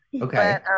Okay